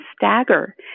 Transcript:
stagger